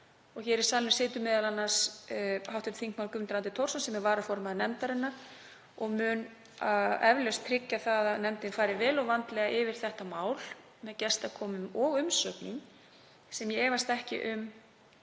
Hér í salnum situr m.a. hv. þm. Guðmundur Andri Thorsson sem er varaformaður nefndarinnar og mun eflaust tryggja að nefndin fari vel og vandlega yfir þetta mál með gestakomum og umsögnum sem ég efast ekki um